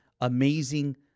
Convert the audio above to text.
amazing –